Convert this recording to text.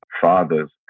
father's